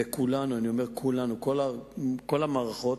וכולנו, אני אומר כולנו, כל המערכות,